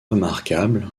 remarquable